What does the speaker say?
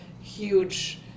huge